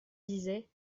disait